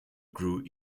grew